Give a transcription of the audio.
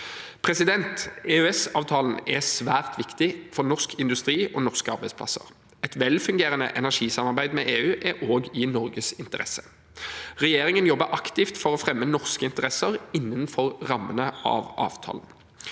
EØS-komiteen. EØS-avtalen er svært viktig for norsk industri og norske arbeidsplasser. Et velfungerende energisamarbeid med EU er også i Norges interesse. Regjeringen jobber aktivt for å fremme norske interesser innenfor rammene av avtalen.